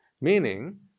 meaning